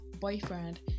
boyfriend